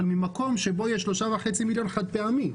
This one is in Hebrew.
אבל ממקום שבו יש 3.5 מיליון חד פעמי.